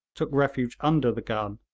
took refuge under the gun,